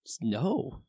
no